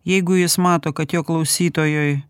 jeigu jis mato kad jo klausytojui